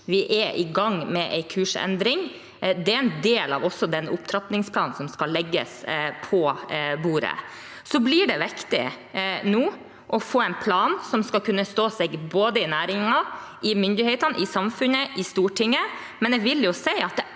Vi er i gang med en kursendring. Det er også en del av den opptrappingsplanen som skal legges på bordet. Det blir viktig nå å få en plan som skal kunne stå seg både i næringen, hos myndighetene, i samfunnet og i Stortinget,